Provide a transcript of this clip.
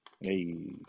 Hey